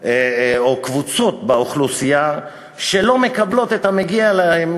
או קבוצות באוכלוסייה שלא מקבלות את המגיע להן,